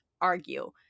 argue